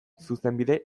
zuzenbide